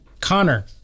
Connor